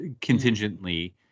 contingently